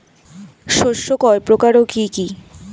শস্য কয় প্রকার কি কি?